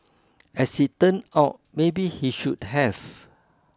as it turned out maybe he should have